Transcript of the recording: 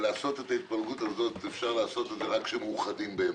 לעשות את ההתפלגות הזאת אפשר לעשות את זה רק כשמאוחדים באמת.